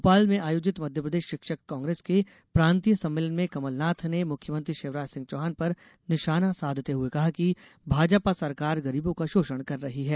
भोपाल में आयोजित मध्यप्रदेश शिक्षक कांग्रेस के प्रांतीय सम्मेलन में कमलनाथ ने मुख्यमंत्री शिवराज सिंह चौहान पर निशाना साधते हुए कहा कि भाजपा सरकार गरीबों का शोषण कर रही है